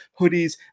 hoodies